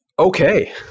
Okay